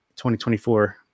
2024